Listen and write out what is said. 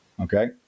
Okay